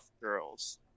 girls